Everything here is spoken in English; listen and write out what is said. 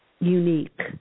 unique